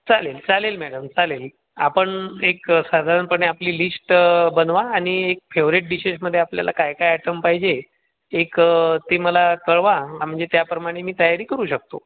चालेल चालेल मॅडम चालेल आपण एक साधारणपणे आपली लिश्ट बनवा आणि एक फेवरेट डीशेशमध्ये आपल्याला काय काय ऍटम पाहिजे एक ते मला कळवा म्हणजे त्याप्रमाणे मी तयारी करू शकतो